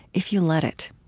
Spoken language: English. if you let it.